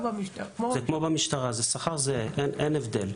זה כמו במשטרה, זה שכרר זהה ללא הבדל.